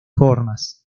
formas